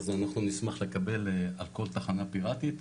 אז אנחנו נשמח לקבל על כל תחנה פיראטית,